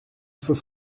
faut